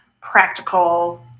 practical